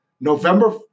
November